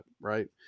Right